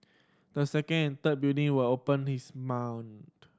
the second and third building will open his